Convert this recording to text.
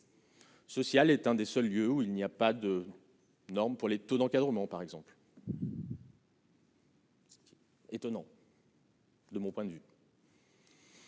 Social est un des seuls lieux où il n'y a pas de norme pour les taux d'encadrement par exemple. étonnant. De mon point de vue.